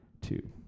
Two